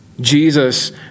Jesus